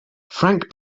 frank